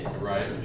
Right